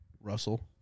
Russell